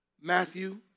Matthew